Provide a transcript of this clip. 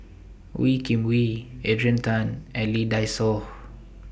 Wee Kim Wee Adrian Tan and Lee Dai Soh